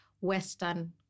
Western